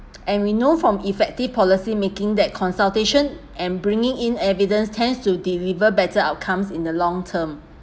and we know from effective policy making that consultation and bringing in evidence tends to deliver better outcomes in the long term